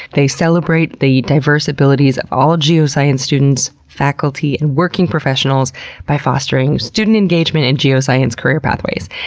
they celebrate the diverse abilities of all geoscience students, faculty, and working professionals by fostering student engagement in geoscience career pathways.